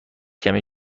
کمی